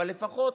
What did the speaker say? לפחות